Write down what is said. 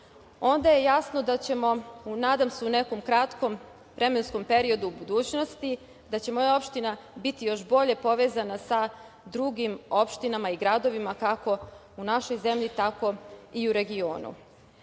onda je jasno da ćemo i nadam se u nekom kratkom vremenskom periodu u budućnosti, da će moja opština biti još bolje povezana sa drugim opštinama i gradovima, kako u našoj zemlji, tako i u regionu. Kada